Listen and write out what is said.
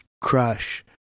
crush